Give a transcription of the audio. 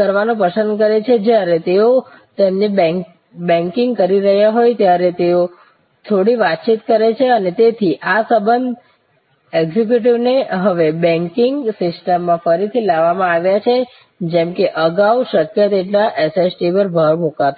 કરવાનું પસંદ કરે છે જ્યારે તેઓ તેમની બેંકિંગ કરી રહ્યા હોય ત્યારે તેઓ થોડી વાતચીત કરે છે અને તેથી આ સંબંધ એક્ઝિક્યુટિવ્સને હવે બેંકિંગ સિસ્ટમમાં ફરીથી લાવવા માં આવ્યા છે જેમ કે અગાઉ શક્ય તેટલા SST પર ભાર મૂક્યો હતો